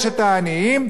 ואחרי כמה שנים,